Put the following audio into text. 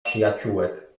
przyjaciółek